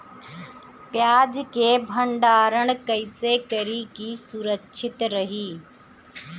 प्याज के भंडारण कइसे करी की सुरक्षित रही?